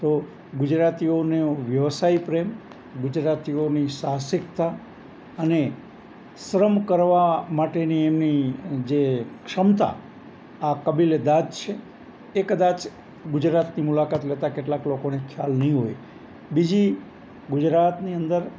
તો ગુજરાતીઓને વ્યવસાય પ્રેમ ગુજરાતીઓની સાહસિકતા અને શ્રમ કરવા માટેની એમની જે ક્ષમતા આ કાબિલ એ દાદ છે એ કદાચ ગુજરાતની મુલાકાત લેતાં કેટલાંક લોકોને ખ્યાલ નહીં હોય બીજી ગુજરાતની અંદર